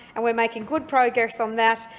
and we're making good progress on that,